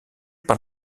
par